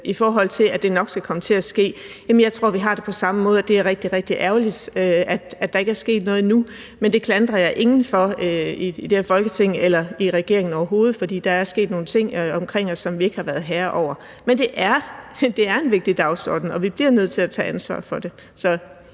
i forhold til at det nok skal komme til at ske. Jeg tror, vi har det på samme måde, og det er rigtig, rigtig ærgerligt, at der ikke er sket noget endnu, men det klandrer jeg ingen for overhovedet, hverken i det her Folketing eller i regeringen, for der er sket nogle ting omkring os, som vi ikke har været herre over. Men det er en vigtig dagsorden, og vi bliver nødt til at tage ansvar for det,